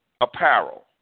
Apparel